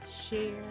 share